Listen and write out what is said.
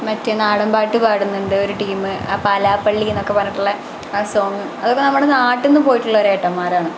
മറ്റെ നാടൻ പാട്ട് പാടുന്നുണ്ട് ഒരു ടീം ആ പാലാപ്പള്ളിയെന്നൊക്കെ പറഞ്ഞിട്ടുള്ള ആ സോങ് അതൊക്കെ നമ്മുടെ നാട്ടിൽ നിന്നു പോയിട്ടുള്ള ഒരേട്ടന്മാരാണ്